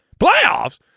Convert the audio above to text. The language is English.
Playoffs